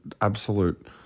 absolute